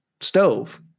stove